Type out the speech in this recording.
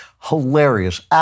Hilarious